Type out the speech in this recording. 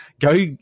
Go